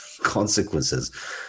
consequences